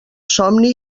somni